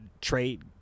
trade